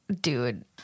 dude